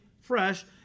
fresh